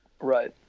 Right